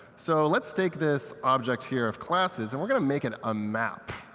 so let's take this object here of classes, and we're going to make it a map.